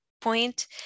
point